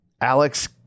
Alex